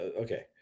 okay